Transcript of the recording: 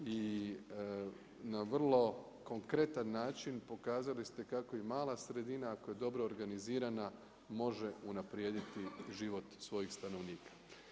I na vrlo konkretan način pokazali ste kako i mala sredina, ako je dobro organizirana može unaprijediti život svojih stanovnika.